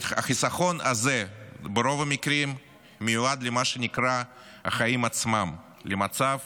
החיסכון הזה ברוב המקרים מיועד למה שנקרא "החיים עצמם" למצב